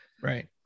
Right